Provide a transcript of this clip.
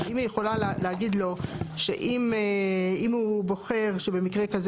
האם היא יכולה להגיד לו שאם הוא בוחר שבמקרה כזה